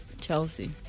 Chelsea